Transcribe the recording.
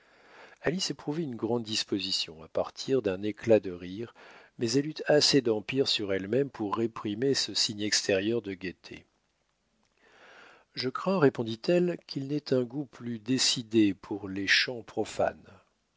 éprouvait une grande disposition à partir d'un éclat de rire mais elle eut assez d'empire sur elle-même pour réprimer ce signe extérieur de gaieté je crains répondit-elle qu'il n'ait un goût plus décidé pour les chants profanes